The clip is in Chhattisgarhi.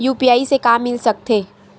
यू.पी.आई से का मिल सकत हे?